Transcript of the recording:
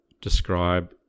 describe